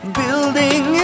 building